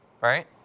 Right